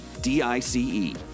D-I-C-E